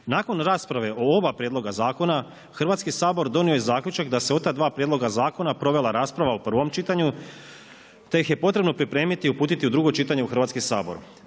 Nakon rasprave o oba prijedloga zakona, Hrvatski sabor donio je zaključak da su oba dva prijedloga zakona provela rasprava o prvom čitanju, te ih je potrebno pripremiti i uputiti u drugo čitanje u Hrvatski sabor.